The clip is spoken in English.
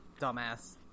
dumbass